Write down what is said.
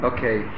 Okay